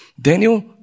Daniel